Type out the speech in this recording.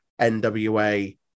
NWA